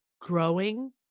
growing